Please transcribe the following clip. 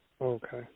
Okay